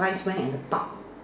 science fair and the Park